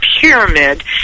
Pyramid